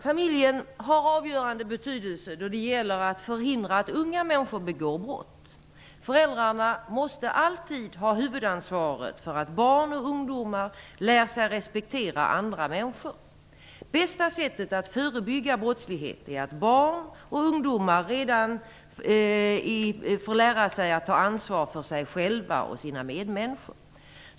Familjen har avgörande betydelse då det gäller att förhindra att unga människor begår brott. Föräldrarna måste alltid ha huvudansvaret för att barn och ungdomar lär sig respektera andra människor. Bästa sättet att förebygga brottslighet är att barn och ungdomar får lära sig att ta ansvar för sig själva och sina medmänniskor.